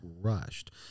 rushed